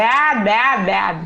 בעד, בעד.